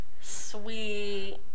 Sweet